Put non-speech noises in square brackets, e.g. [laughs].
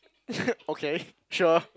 [laughs] okay sure